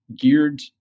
geared